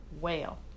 whale